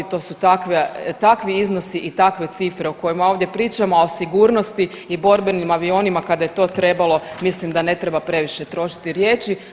To su takvi iznosi i takve cifre o kojima ovdje pričamo, a o sigurnosti i borbenim avionima kada je to trebalo mislim da ne treba previše trošiti riječi.